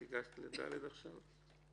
את הגעת ל-(ד) עכשיו?